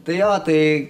tai vat tai